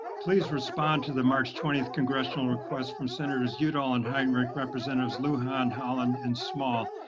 please respond to the march twentieth congressional request from senators udall and heinrich, representatives lujan, haaland, and small,